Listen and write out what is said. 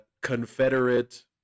Confederate